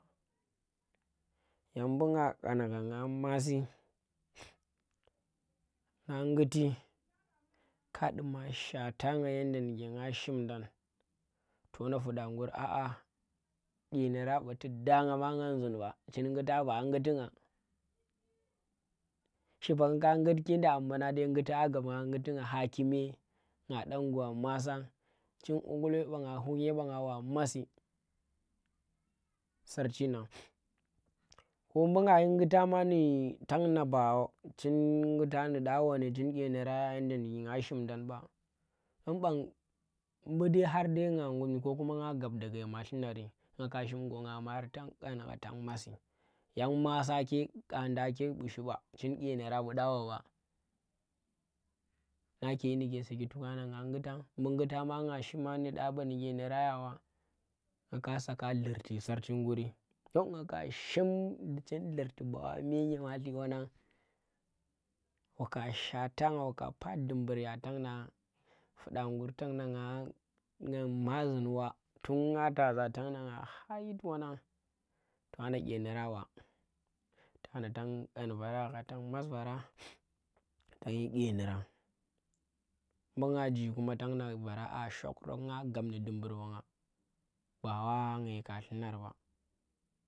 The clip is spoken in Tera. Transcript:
Yang bu nga ƙangha nga masi, nga nguti ka duma shwata nga yedda nduke nga shimdang, to na fuda ngur a a dyinirang ɓa tu danga ma ngan zing ba chin ngutang ba a ngutunga shipa nga ka ngutkinda ammana dai ngutang a gap ma ngutinga hakuna nga dan gwa masian chin kwakalwe ba nga ghu ghunye bangan wa masi sarchi nang ko mbu nga yi ngutan ma ndi tagna ba chin ngutan ndi ɗaɓa ndi chin nyeniran yanda ndike nga shindang ba yan bang mudai har dai nga ngumi ko kuma mbu nga gap daga yama llunari nga ka shim gwa nga mari tan kangha tang masi yang masi ke ka ndang ke ɓu shi ɓa. chin ƙyenirang ɓuda ɓa ɓa nake ƙyi ndi saki to kana nga ngutang bu ngutan ma nga shima ndi da ba ndi ƙyenirang ya ɓa nga ka sakya llurti sarchi nguri don nga ka shim chin llurti mee nyimatli wanang waka shwatanga waka paa dumbur ya tang na fuɗa ngur tagna ngan ma zin wa tunga tazang tagna nga kha yit wanang tokana ƙyenirang wa tana tang ƙan vara gha tan mas vara tan yi ƙyenirang mbu nga ji kuma tang dna vara shokurok nga gab ndi dumbur banga ba wa nga yikya llunar wa.